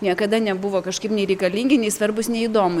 niekada nebuvo kažkaip nei reikalingi nei svarbūs nei įdomu